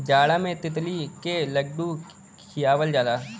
जाड़ा मे तिल्ली क लड्डू खियावल जाला